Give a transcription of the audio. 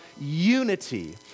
unity